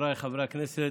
חבריי חברי הכנסת,